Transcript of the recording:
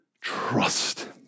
Trust